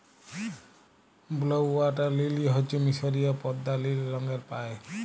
blue water lily হচ্যে মিসরীয় পদ্দা লিল রঙের পায়